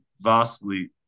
vastly